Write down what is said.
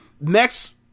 next